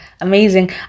amazing